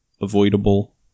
avoidable